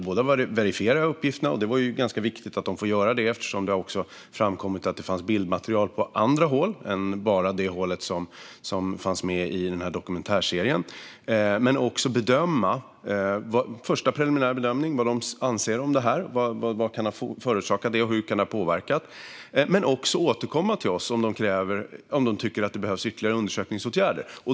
Det handlar om att verifiera uppgifterna. Det är ganska viktigt att de får göra det, eftersom det har framkommit att det finns bildmaterial som gäller andra hål än bara det hål som var med i denna dokumentärserie. Det handlar också om att göra en första preliminär bedömning. Vad anser de om detta? Vad kan ha förorsakat detta, och hur kan det ha påverkat? De ska också återkomma till oss om de tycker att det behövs ytterligare undersökningsåtgärder.